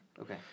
Okay